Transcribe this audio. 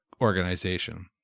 organization